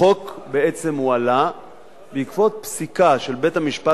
החוק בעצם הועלה בעקבות פסיקה של בית-המשפט